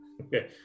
Okay